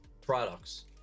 products